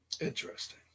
Interesting